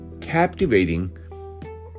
captivating